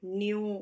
new